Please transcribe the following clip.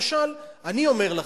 למשל, אני אומר לכם,